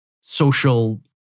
social